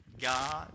God